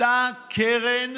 מאותה קרן